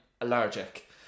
allergic